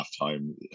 halftime